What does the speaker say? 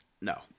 No